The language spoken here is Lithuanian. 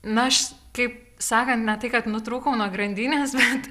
na aš kaip sakant ne tai kad nutrūkau nuo grandinės bet